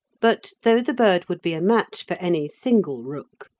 but, though the bird would be a match for any single rook,